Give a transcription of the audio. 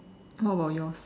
what about yours